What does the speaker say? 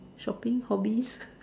shopping hobbies